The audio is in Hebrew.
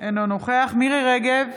אינו נוכח מירי מרים רגב,